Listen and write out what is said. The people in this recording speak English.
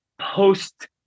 post